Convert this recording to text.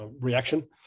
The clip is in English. reaction